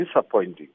disappointing